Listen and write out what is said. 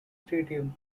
stadium